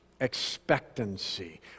expectancy